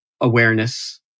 awareness